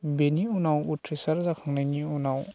बेनि उनाव उथ्रिसार जाखांनायनि उनाव